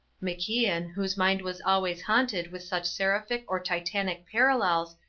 macian, whose mind was always haunted with such seraphic or titanic parallels,